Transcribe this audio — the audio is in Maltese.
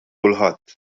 kulħadd